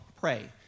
pray